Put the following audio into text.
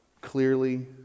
clearly